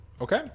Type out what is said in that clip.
Okay